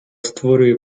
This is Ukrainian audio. створює